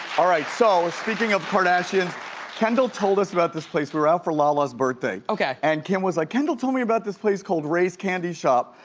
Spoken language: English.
all right, so ah speaking of kardashians kendall told us about this place. we were out for lala's birthday. and kim was like kendall told me about this place called ray's candy shop.